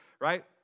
right